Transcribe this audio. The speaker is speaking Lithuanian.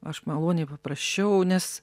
aš maloniai paprašiau nes